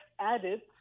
added